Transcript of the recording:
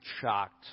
shocked